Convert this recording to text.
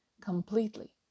Completely